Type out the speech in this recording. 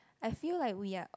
I feel like we are